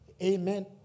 Amen